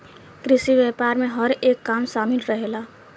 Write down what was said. कृषि व्यापार में हर एक काम शामिल रहेला